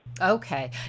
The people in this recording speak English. Okay